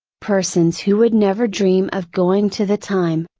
persons who would never dream of going to the time,